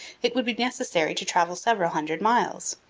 it would be necessary to travel several hundred miles.